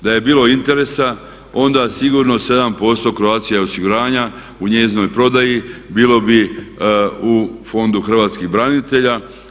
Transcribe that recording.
Da je bilo interesa, onda sigurno 7% Croatia osiguranja u njezinoj prodaji bilo bi u Fondu hrvatskih branitelja.